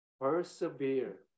Persevere